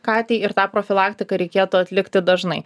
katei ir tą profilaktiką reikėtų atlikti dažnai